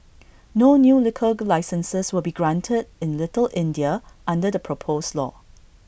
no new liquor licences will be granted in little India under the proposed law